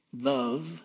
Love